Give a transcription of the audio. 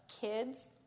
kids